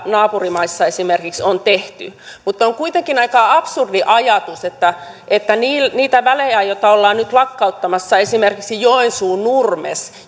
esimerkiksi naapurimaissa on tehty mutta on kuitenkin aika absurdi ajatus että että niille väleille joita ollaan nyt lakkauttamassa esimerkiksi joensuu nurmes